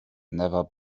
never